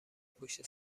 پشت